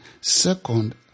second